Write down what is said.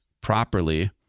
properly